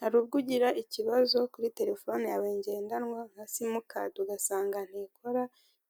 Hari ubwo ugira ikibazo kuri telefone yawe ngendanwa nka simukadi ugasanga ntikora